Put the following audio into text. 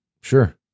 Sure